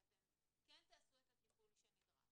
ואתם כן תעשו את הטיפול שנדרש.